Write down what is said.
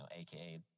aka